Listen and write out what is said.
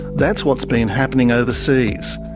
that's what's been happening overseas.